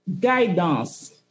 guidance